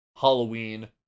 halloween